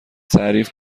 تعریف